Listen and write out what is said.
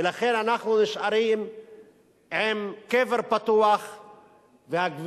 ולכן אנחנו נשארים עם קבר פתוח והגווייה